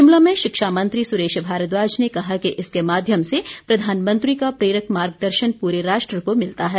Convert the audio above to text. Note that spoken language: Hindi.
शिमला में शिक्षा मंत्री सुरेश भारद्वाज ने कहा कि इसके माध्यम से प्रधानमंत्री का प्रेरक मार्गदर्शन पूरे राष्ट्र को मिलता है